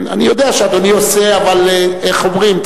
אני יודע שאדוני עושה, אבל איך אומרים?